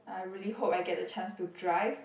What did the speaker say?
I really hope I get the chance to drive